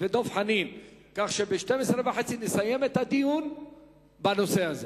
כך שבשעה 12:30 נסיים את הדיון בנושא הזה.